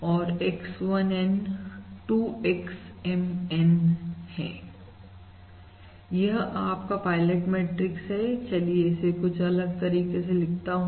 और X1N to XMN यह आपका पायलट मैट्रिक्स है चलिए इसे कुछ अलग तरीके से लिखता हूं